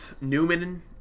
Newman